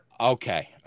Okay